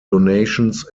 donations